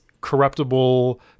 corruptible